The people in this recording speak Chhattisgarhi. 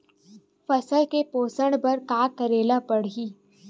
फसल के पोषण बर का करेला पढ़ही?